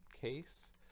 case